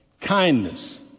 kindness